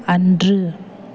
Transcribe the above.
அன்று